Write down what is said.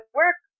work